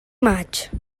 maig